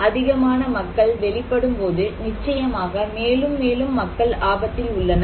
அதிகமான மக்கள் வெளிப்படும் போது நிச்சயமாக மேலும் மேலும் மக்கள் ஆபத்தில் உள்ளனர்